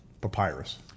papyrus